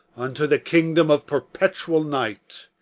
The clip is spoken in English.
unto the kingdom of perpetual night.